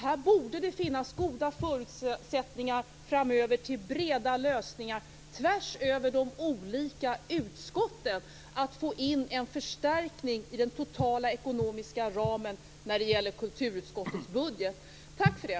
Här borde det finnas goda förutsättningar framöver för breda lösningar tvärs över de olika utskotten för att få in en förstärkning i den totala ekonomiska ramen för kulturutskottets budget. Tack för det!